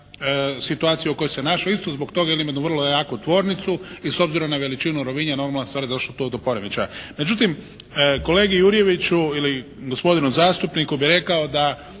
situacije u kojoj se našao isto zbog toga jer je imao jednu vrlo jaku tvornicu i s obzirom na veličinu Rovinja normalna stvar došlo je tu do poremećaja. Međutim, kolegi Jurjeviću ili gospodinu zastupniku bi rekao da